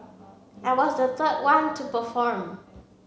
I was the third one to perform